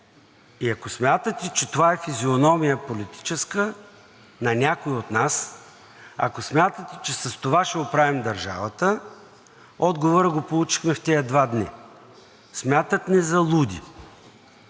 И ако смятате, че това е политическа физиономия на някой от нас, ако смятате, че с това ще оправим държавата, отговорът го получихме в тези два дни – смятат ни за луди.